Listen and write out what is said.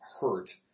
hurt –